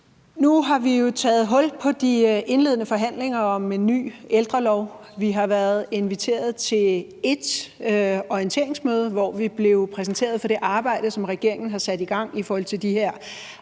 Nu har vi jo taget hul på de indledende forhandlinger om en ny ældrelov. Vi har været inviteret til et orienteringsmøde, hvor vi blev præsenteret for det arbejde, som regeringen har sat i gang i forhold til de her